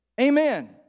Amen